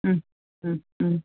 മ്മ് മ്മ് മ്മ്